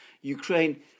Ukraine